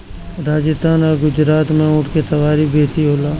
राजस्थान आ गुजरात में ऊँट के सवारी बेसी होला